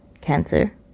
Cancer